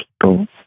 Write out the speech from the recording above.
people